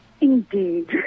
Indeed